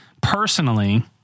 personally